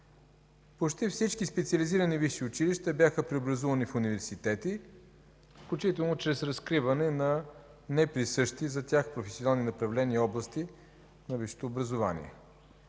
Почти всички специализирани висши училища бяха преобразувани в университети, включително чрез разкриване на неприсъщи за тях професионални направления и области на висшето образование.